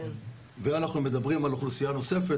אנחנו מדברים על אוכלוסייה נוספת,